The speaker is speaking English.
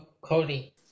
Cody